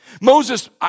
Moses